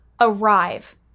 arrive